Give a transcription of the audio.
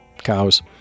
Cows